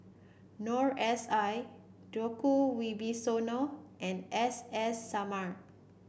Noor S I Djoko Wibisono and S S Sarma